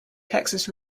texas